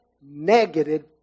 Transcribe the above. negated